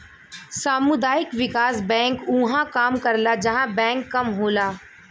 सामुदायिक विकास बैंक उहां काम करला जहां बैंक कम होला